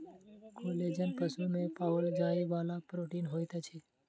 collagen पशु में पाओल जाइ वाला प्रोटीन होइत अछि